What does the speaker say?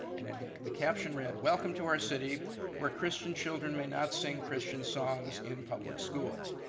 the the caption read, welcome to our city where christian children may not sing christian songs in public schools.